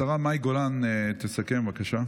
השרה מאי גולן תסכם, בבקשה.